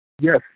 Yes